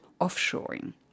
offshoring